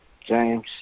James